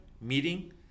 meeting